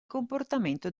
comportamento